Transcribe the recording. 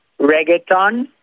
reggaeton